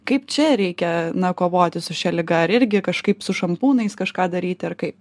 kaip čia reikia na kovoti su šia liga ar irgi kažkaip su šampūnais kažką daryt ar kai